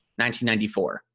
1994